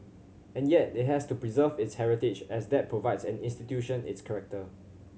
and yet they has to preserve its heritage as that provides an institution its character